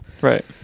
Right